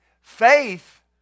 Faith